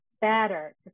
better